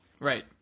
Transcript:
Right